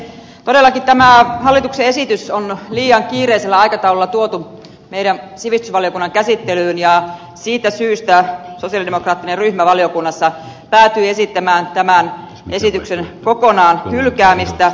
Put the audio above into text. todellakin tämä hallituksen esitys on liian kiireisellä aikataululla tuotu meidän sivistysvaliokuntamme käsittelyyn ja siitä syystä sosialidemokraattinen ryhmä valiokunnassa päätyi esittämään tämän esityksen kokonaan hylkäämistä